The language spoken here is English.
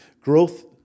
growth